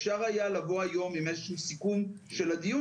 אפשר היה לבוא היום עם איזה שהוא סיכום של הדיון